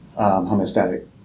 homeostatic